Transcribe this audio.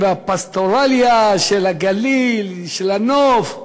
מהצימרים והפסטורליה של הגליל, של הנוף,